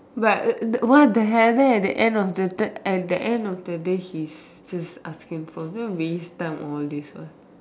but the one of the hairband at the end of third at the end of the day he's just asking for this waste time all this lah